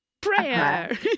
prayer